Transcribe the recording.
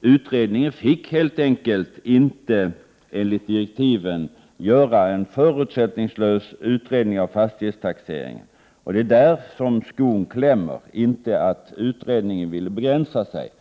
Utredningen fick helt enkelt inte enligt direktiven göra en förutsättningslös utredning av fastighetstaxeringen. Det är där som skon klämmer. Det var inte så att utredningen ville begränsa sig.